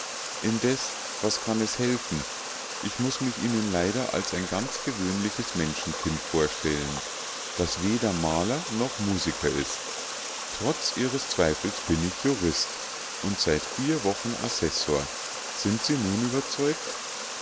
indes was kann es helfen ich muß mich ihnen leider als ein ganz gewöhnliches menschenkind vorstellen das weder maler noch musiker ist trotz ihres zweifels bin ich jurist und seit vier wochen assessor sind sie nun überzeugt